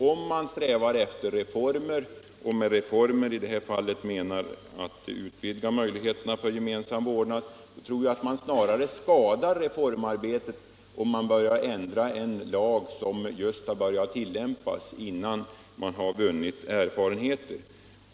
Om man strävar efter reformer — och med reformer i det här fallet menas att man skall utvidga möjligheterna för gemensam vårdnad — tror jag att man snarare skadar reformarbetet om man börjar ändra en lag som just har börjat tillämpas, innan man har vunnit erfarenheter.